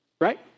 right